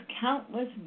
countless